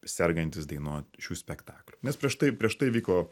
sergantis dainuot šių spektaklių nes prieš tai prieš tai vyko